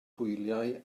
hwyliau